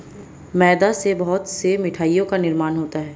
मैदा से बहुत से मिठाइयों का निर्माण होता है